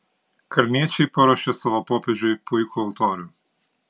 kalniečiai paruošė savo popiežiui puikų altorių